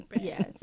Yes